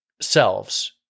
selves